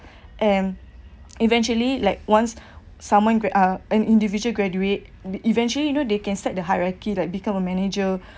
and eventually like once someone gra~ uh an individual graduate th~ eventually you know they can start the hierarchy that become a manager